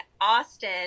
Austin